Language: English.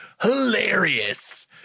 hilarious